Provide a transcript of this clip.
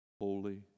holy